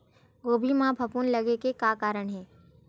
गोभी म फफूंद लगे के का कारण हे?